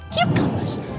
cucumbers